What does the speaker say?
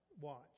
watch